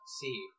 see